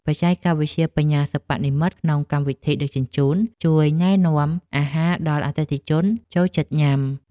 បច្ចេកវិទ្យាបញ្ញាសិប្បនិម្មិតក្នុងកម្មវិធីដឹកជញ្ជូន ជួយណែនាំអាហារដែលអតិថិជនចូលចិត្តញ៉ាំ។